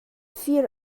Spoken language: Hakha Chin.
fir